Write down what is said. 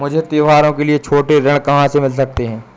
मुझे त्योहारों के लिए छोटे ऋण कहाँ से मिल सकते हैं?